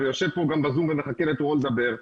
ויושב פה גם בזום ומחכה לתורו לדבר,